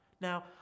Now